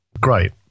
great